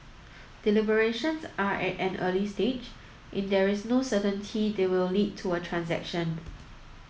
deliberations are at an early stage and there is no certainty they will lead to a transaction